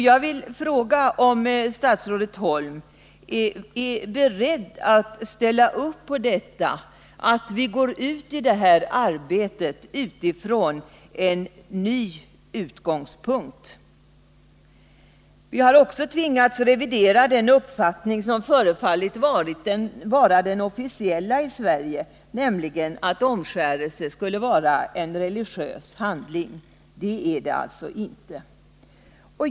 Jag vill fråga om statsrådet Holm är beredd att ställa upp på att vi går in i detta arbete från en ny utgångspunkt. Vi har också tvingats att revidera den uppfattning som har förefallit vara den officiella i Sverige, nämligen att omskärelse skulle vara en religiös handling. Det är det alltså inte.